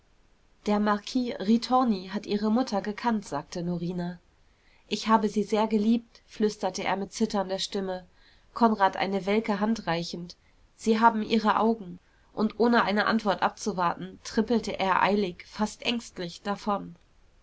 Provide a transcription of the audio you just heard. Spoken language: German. der marquis ritorni hat ihre mutter gekannt sagte norina ich habe sie sehr geliebt flüsterte er mit zitternder stimme konrad eine welke hand reichend sie haben ihre augen und ohne eine antwort abzuwarten trippelte er eilig fast ängstlich davon